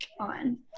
on